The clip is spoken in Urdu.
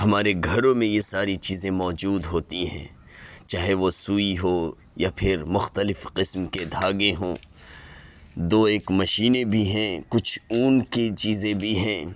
ہمارے گھروں میں یہ ساری چیزیں موجود ہوتی ہیں چاہے وہ سوئی ہو یا پھر مختلف قسم کے دھاگے ہوں دو ایک مشینیں بھی ہیں کچھ اون کی چیزیں بھی ہیں